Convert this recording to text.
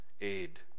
aid